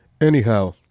Anyhow